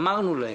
אמרנו להם: